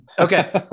Okay